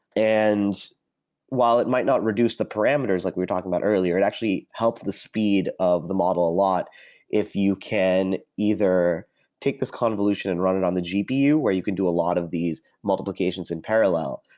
and while it might not reduce the parameters like we were talking about earlier, it actually helps the speed of the model lot if you can either take this convolution and run it on the gpu where you can do a lot of these multiplications in parallel,